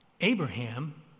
Abraham